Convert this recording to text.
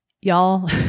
y'all